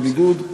בניגוד,